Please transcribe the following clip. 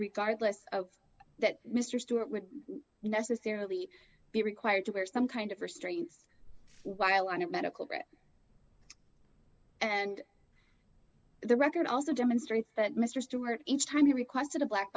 regardless of that mr stewart would necessarily be required to wear some kind of restraints while on a medical and the record also demonstrates that mr stewart each time he requested a black